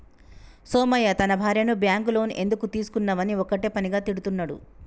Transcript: సోమయ్య తన భార్యను bank loan ఎందుకు తీసుకున్నవని ఒక్కటే పనిగా తిడుతున్నడు